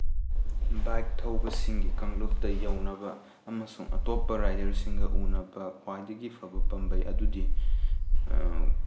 bike ꯊꯧꯕꯁꯤꯡ ꯀꯥꯡꯂꯨꯞꯇ ꯌꯧꯅꯕ ꯑꯃꯁꯨꯡ ꯑꯇꯣꯞꯄ ꯔꯥꯏꯗꯔꯁꯤꯡꯒ ꯎꯅꯕ ꯈ꯭ꯋꯥꯏꯗꯒꯤ ꯐꯕ ꯄꯥꯝꯕꯩ ꯑꯗꯨꯗꯤ